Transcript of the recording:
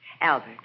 Albert